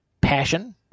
passion